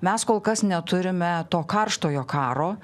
mes kol kas neturime to karštojo karo